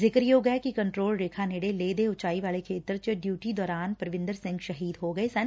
ਜ਼ਿਕਰਯੋਗ ਏ ਕਿ ਕੰਟਰੋਲ ਰੇਖਾ ਨੇੜੇ ਲੇਹ ਦੇ ਉਚਾਰੀ ਵਾਲੇ ਖੇਤਰ ਚ ਡਿਉਟੀ ਦੌਰਾਨ ਪਰਵੰਦਰ ਸਿੰਘ ਸ਼ਹੀਦ ਹੋ ਗਏ ਸਨ